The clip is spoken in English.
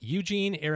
Eugene